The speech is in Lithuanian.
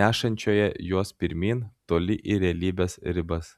nešančioje juos pirmyn toli į realybės ribas